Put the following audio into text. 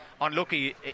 unlucky